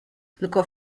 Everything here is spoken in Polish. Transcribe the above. tylko